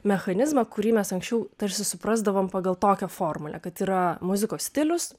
mechanizmą kurį mes anksčiau tarsi suprasdavom pagal tokią formulę kad yra muzikos stilius